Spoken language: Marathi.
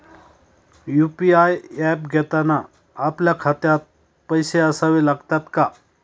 यु.पी.आय ऍप घेताना आपल्या खात्यात पैसे असावे लागतात का?